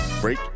Break